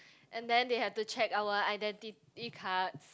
and then they have to check our identity cards